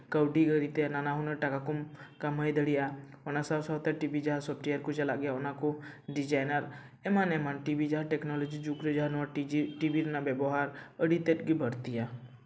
ᱠᱟᱹᱣᱰᱤ ᱟᱹᱨᱤᱛᱮ ᱱᱟᱱᱟᱦᱩᱱᱟᱹᱨ ᱴᱟᱠᱟ ᱠᱚᱢ ᱠᱟᱹᱢᱟᱹᱭ ᱫᱟᱲᱮᱭᱟᱜᱼᱟ ᱚᱱᱟ ᱥᱟᱶᱼᱥᱟᱶᱛᱮ ᱴᱤᱵᱷᱤ ᱡᱟᱦᱟᱸ ᱥᱚᱯᱷᱴᱤᱭᱟᱨ ᱠᱚ ᱪᱟᱞᱟᱜ ᱜᱮᱭᱟ ᱚᱱᱟ ᱠᱚ ᱰᱤᱡᱟᱭᱤᱱ ᱟᱨ ᱮᱢᱟᱱ ᱮᱢᱟᱱ ᱴᱤᱵᱷᱤ ᱡᱟᱦᱟᱸ ᱴᱮᱠᱱᱳᱞᱚᱡᱤ ᱡᱩᱜᱽ ᱨᱮ ᱡᱟᱦᱟᱸ ᱱᱚᱣᱟ ᱴᱤᱵᱷᱤ ᱨᱮᱱᱟᱜ ᱵᱮᱵᱚᱦᱟᱨ ᱟᱹᱰᱤ ᱛᱮᱫ ᱜᱮ ᱵᱟᱹᱲᱛᱤᱭᱟ